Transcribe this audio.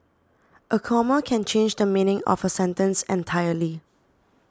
a comma can change the meaning of a sentence entirely